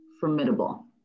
formidable